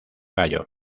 gallo